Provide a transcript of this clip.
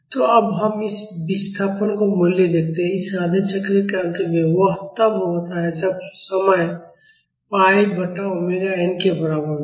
तो अब हम इस विस्थापन का मूल्य देखते हैं इस आधे चक्र के अंत में वह तब होता है जब समय पाई बटा ओमेगा n के बराबर होता है